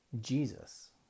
Jesus